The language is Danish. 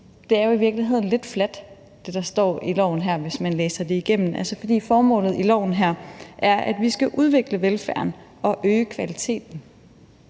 her, er jo i virkeligheden lidt fladt, hvis man læser det igennem. Formålet i loven her er, at vi skal udvikle velfærden og øge kvaliteten,